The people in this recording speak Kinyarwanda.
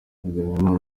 hagenimana